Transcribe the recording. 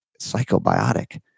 psychobiotic